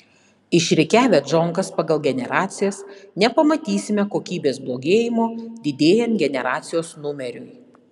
išrikiavę džonkas pagal generacijas nepamatysime kokybės blogėjimo didėjant generacijos numeriui